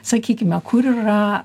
sakykime kur yra